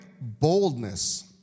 boldness